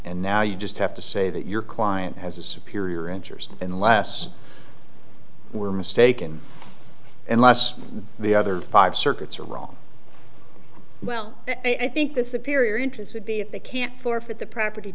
and now you just have to say that your client has a superior interest in the last were mistaken unless the other five circuits are wrong well i think this appear interest would be if they can't forfeit the property